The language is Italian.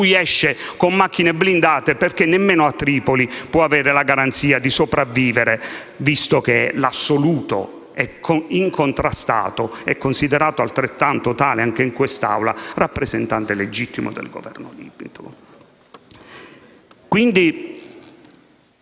esce con macchine blindate, perché nemmeno a Tripoli può avere la garanzia di sopravvivere, visto che è l'assoluto e incontrastato, considerato tale anche in quest'Aula, rappresentante legittimo del Governo libico.